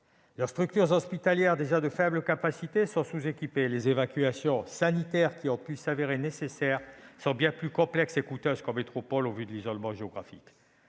Leurs structures hospitalières, de faible capacité, sont sous-équipées, et les évacuations sanitaires qui ont pu s'avérer nécessaires sont bien plus complexes et coûteuses qu'en métropole, en raison de leur isolement géographique.